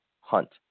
Hunt